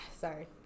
Sorry